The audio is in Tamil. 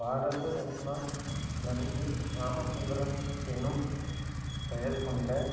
பாரத ரத்னா எம்ஜி ராமசந்திரன் எனும் பெயர் கொண்ட